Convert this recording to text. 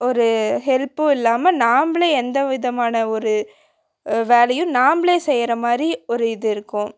ஒரு ஹெல்ப்பும் இல்லாமல் நாம்மளே எந்த விதமான ஒரு வேலையும் நாம்மளே செய்கிற மாதிரி ஒரு இது இருக்கும்